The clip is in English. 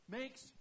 makes